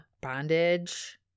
Bondage